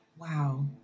wow